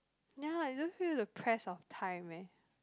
ya I just feel the press of time eh